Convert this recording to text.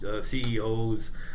CEOs